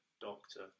doctor